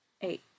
eight